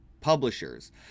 Publishers